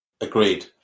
Agreed